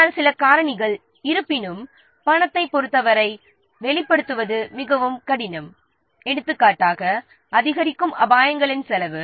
ஆனால் சில காரணிகள் இருப்பினும் பணத்தைப் பொறுத்தவரை வெளிப்படுத்துவது மிகவும் கடினம் எடுத்துக்காட்டாக அதிகரிக்கும் அபாயங்களின் செலவு